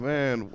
Man